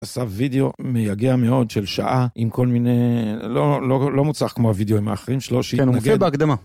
עשה וידאו מיגע מאוד של שעה עם כל מיני... לא מוצלח כמו הוידאוים האחרים שלו. כן, הוא נופל בהקדמה.